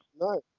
No